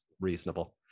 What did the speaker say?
reasonable